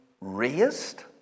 raised